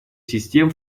систем